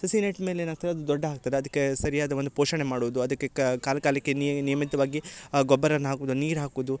ಸಸಿ ನೆಟ್ಟ ಮೇಲೆ ಏನಾಗ್ತದೆ ಅದು ದೊಡ್ಡ ಹಾಗ್ತದೆ ಅದ್ಕೆ ಸರಿಯಾದ ಒಂದು ಪೋಷಣೆ ಮಾಡುದು ಅದಕ್ಕೆ ಕಾಲ ಕಾಲಕ್ಕೆ ನಿಯಮಿತವಾಗಿ ಆ ಗೊಬ್ಬರನ ಹಾಕುದ ನೀರು ಹಾಕುದು